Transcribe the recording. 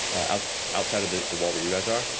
ah outside of the the wall where you guys are,